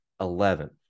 eleven